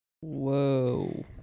Whoa